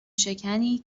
شکنی